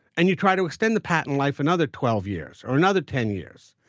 and you try to extend the patent life another twelve years or another ten years.